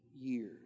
years